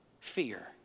Fear